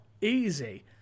easy